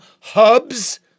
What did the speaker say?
hubs